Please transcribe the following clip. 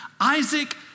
Isaac